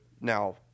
now